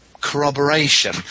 corroboration